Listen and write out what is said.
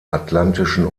atlantischen